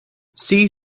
see